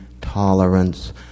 tolerance